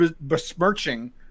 besmirching